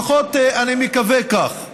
לפחות אני מקווה כך.